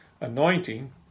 anointing